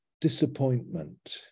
disappointment